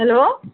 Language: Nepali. हेलो